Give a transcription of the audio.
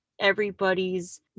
everybody's